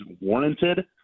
warranted